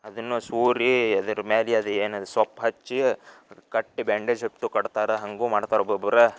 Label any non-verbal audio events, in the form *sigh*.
ಅದನ್ನು *unintelligible* ಅದರ ಮ್ಯಾಲೆ ಅದು ಏನದ ಸೊಪ್ಪು ಹಚ್ಚಿ ಕಟ್ಟಿ ಬ್ಯಾಂಡೇಜ್ ಅತ್ತು ಕಟ್ತಾರೆ ಹಾಗೂ ಮಾಡ್ತಾರೆ ಒಬ್ಬೊಬ್ರು